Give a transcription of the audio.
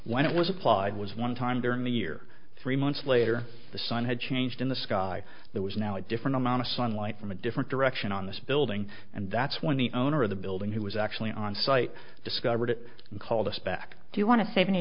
when it was applied was one time during the year three months later the sun had changed in the sky there was now a different amount of sunlight from a different direction on this building and that's when the owner of the building who was actually on site discovered it and called us back do you want to save any